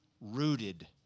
rooted